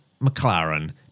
McLaren